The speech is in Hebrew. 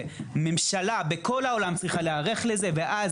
שממשלות בכל העולם צריכות להיערך לזה ואז